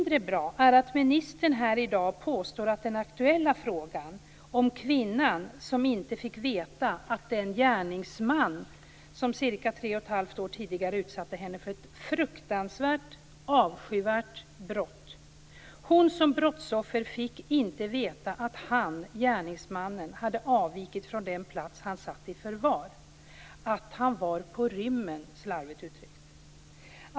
Den aktuella frågan gäller kvinnan som inte fick veta att den gärningsman som ca 3 1⁄2 år tidigare utsatte henne för ett fruktansvärt avskyvärt brott hade avvikit från den plats där han satt i förvar. Hon som brottsoffer fick inte veta att han, gärningsmannen, var på rymmen slarvigt uttryckt.